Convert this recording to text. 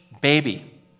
baby